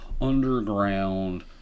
underground